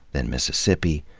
then mississippi,